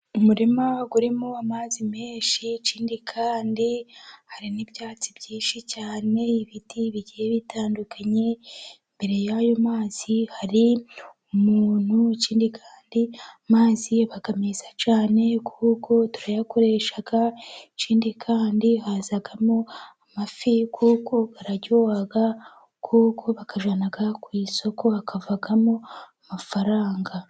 Umurima urimo amazi menshi, ikindi kandi hari n'ibyatsi byinshi cyane, ibiti bigiye bitandukanye, imbere y'ayo mazi hari umuntu, ikindi kandi amazi aba meza cyane kuko turayakoresha, ikindi kandi hazamo amafi, kuko araryoha, kuko bayajyana ku isoko akavamo amafaranga.